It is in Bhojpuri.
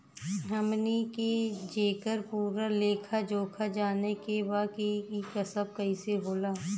हमनी के जेकर पूरा लेखा जोखा जाने के बा की ई सब कैसे होला?